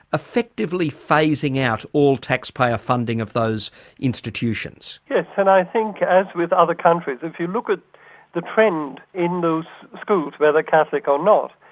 effectively phasing out all taxpayer funding of those institutions? yes, and i think as with other countries, if you look at the trend in those schools, whether catholic or not,